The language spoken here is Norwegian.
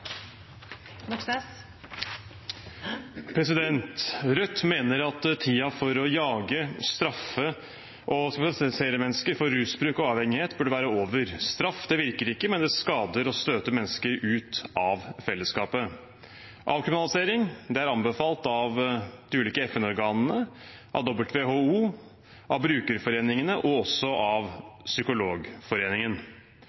Rødt mener at tiden for å jage, straffe og stigmatisere mennesker for rusbruk og avhengighet burde være over. Straff virker ikke, men skader og støter mennesker ut av fellesskapet. Avkriminalisering er anbefalt av de ulike FN-organene, av WHO, av brukerforeningene og også